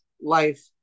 life